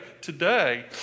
today